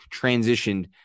transitioned